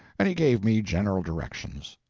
and he gave me general directions.